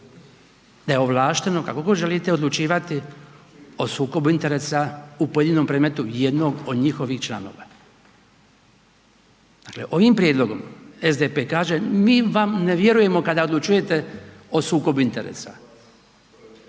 da je ovlašteno kako god želite odlučivati o sukobu interesa u pojedinom predmetu jednog od njihovih članova. Dakle, ovim prijedlogom SDP kaže mi vam ne vjerujemo kada odlučujete o sukobu interesa